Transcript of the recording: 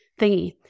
thingy